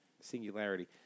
Singularity